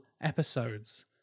episodes